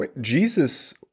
Jesus